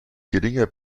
geringer